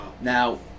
Now